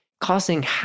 causing